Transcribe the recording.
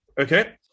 okay